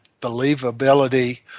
believability